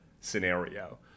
scenario